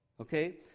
Okay